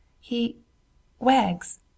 he—wags